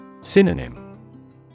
Synonym